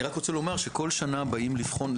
אני רק רוצה לומר שכל שנה באים לבחון,